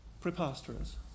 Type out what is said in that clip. preposterous